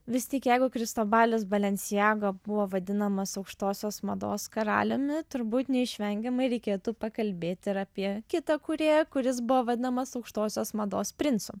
vis tik jeigu kristobalis balenciaga buvo vadinamas aukštosios mados karaliumi turbūt neišvengiamai reikėtų pakalbėti ir apie kitą kūrėją kuris buvo vadinamas aukštosios mados princu